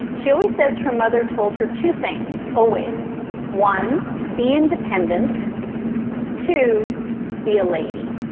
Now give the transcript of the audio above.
she always says her mother told her two things, always one, be independent to be a lady.